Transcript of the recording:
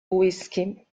whisky